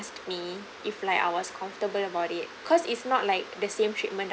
me if like I was comfortable about it cause it's not like the same treatment